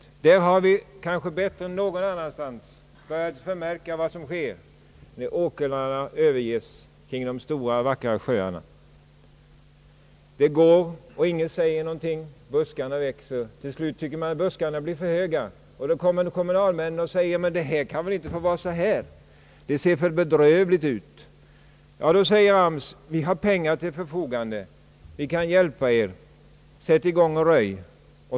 I Dalarna har vi kanske bättre än någon annanstans börjat märka vad som sker när åkrarna har övergivits kring de stora, vackra sjöarna. Tiden går, men ingen säger någonting. Buskarna växer. Till slut tycker man ati buskarna blir för höga. Då kommer en kommunalman och säger att så kan det väl inte få vara. Det ser för bedrövligt ut. Då säger AMS: Vi har pengar till förfogande. Vi kan hjälpa er. Sätt i gång och röj.